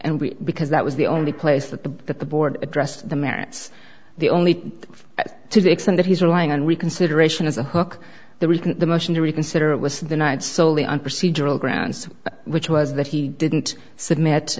we because that was the only place that the that the board addressed the merits the only to the extent that he's relying on reconsideration as a hook the reason the motion to reconsider was the night solely on procedural grounds which was that he didn't submit